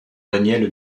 danièle